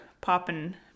popping